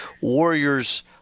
Warriors